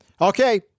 Okay